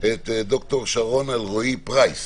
את ד"ר שרון אלרעי-פרייס